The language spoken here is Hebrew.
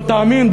לא תאמין,